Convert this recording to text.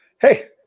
hey